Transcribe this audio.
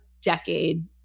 decade